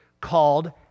called